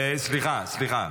סליחה, סליחה,